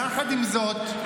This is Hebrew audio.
יחד עם זאת,